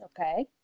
Okay